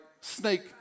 snake